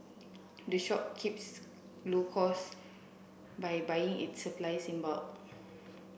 the shop keeps low cost by buying its supply in bulk